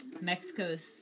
Mexico's